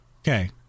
Okay